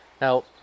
now